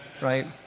right